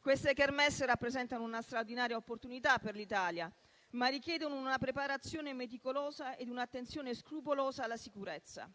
Queste *kermesse* rappresentano una straordinaria opportunità per l'Italia, ma richiedono una preparazione meticolosa e un'attenzione scrupolosa alla sicurezza.